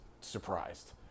surprised